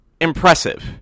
impressive